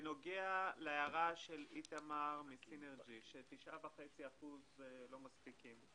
בנוגע להערה של איתמר מסינרג'י על כך שתשעה וחצי אחוז לא מספיקים,